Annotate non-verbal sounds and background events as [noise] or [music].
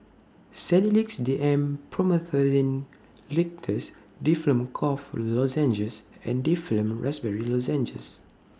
Sedilix D M Promethazine [noise] Linctus Difflam Cough Lozenges and Difflam Raspberry Lozenges